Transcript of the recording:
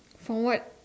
from what